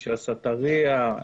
מי שעשה את ה-RIA,